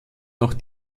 noch